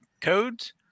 codes